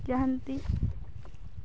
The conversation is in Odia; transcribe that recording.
ଯାଆନ୍ତି